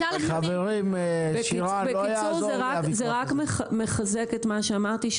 זה רק מחזק את מה שאמרתי,